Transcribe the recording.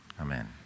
Amen